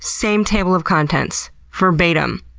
same table of contents. verbatim.